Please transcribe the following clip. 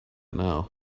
now